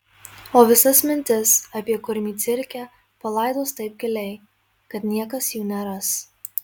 o visas mintis apie kurmį cirke palaidos taip giliai kad niekas jų neras